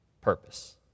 purpose